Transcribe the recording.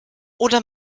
oder